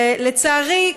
ולצערי,